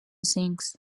sings